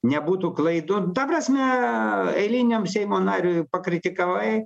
nebūtų klaidų ta prasme eiliniam seimo nariui pakritikavai